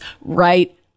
right